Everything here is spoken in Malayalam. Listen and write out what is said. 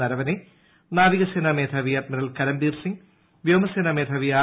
നരവനേ നാവികസേനാ മേധാവി അഡ്മിറൽ കരംബീർസിംഗ് വ്യോമസേനാമേധാവി ആർ